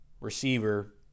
receiver